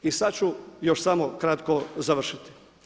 I sad ću još samo kratko završiti.